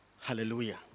hallelujah